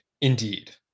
indeed